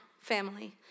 family